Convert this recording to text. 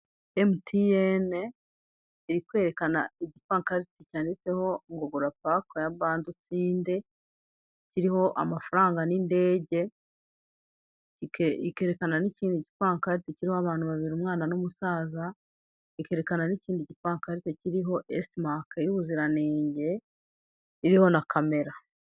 Emutiyene iri kwerekana igipankarite cyanditseho ngo gura paka ya bando utsinde, kiriho amafaranga n'indege, ikerekana n'ikindi gipankarite kiriho abantu babiri umwana n'umusaza, ikerekana n'ikindi gipankarite kiriho esimake y'ubuziranenge iriho na kamera.